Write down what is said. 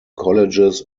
colleges